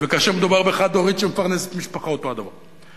וכאשר מדובר בחד-הורית שמפרנסת משפחה, אותו הדבר.